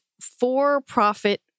for-profit